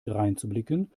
dreinzublicken